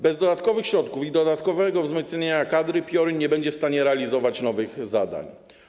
Bez dodatkowych środków i dodatkowego wzmocnienia kadry PIORiN nie będzie w stanie realizować nowych zadań.